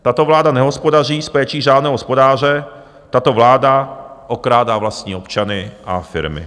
Tato vláda nehospodaří s péčí řádného hospodáře: Tato vláda okrádá vlastní občany a firmy.